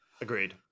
agreed